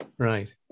Right